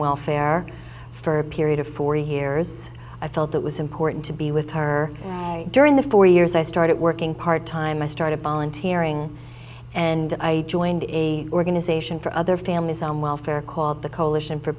welfare for a period of four years i felt it was important to be with her and i during the four years i started working part time i started volunteering and i joined a organization for other families on welfare called the coalition for